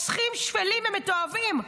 רוצחים שפלים ומתועבים.